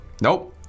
Nope